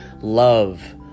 Love